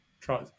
try